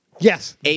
Yes